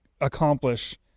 accomplish